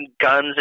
guns